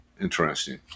Interesting